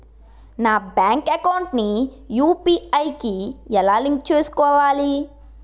నా bank account ని UPI కి ఎలా లింక్ చేసుకోవాలి?